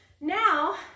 Now